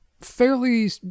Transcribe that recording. fairly